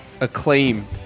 acclaim